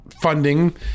funding